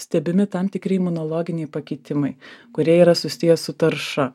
stebimi tam tikri imunologiniai pakitimai kurie yra susiję su tarša